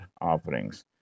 offerings